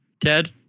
Ted